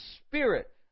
spirit